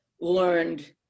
learned